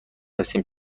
هستیم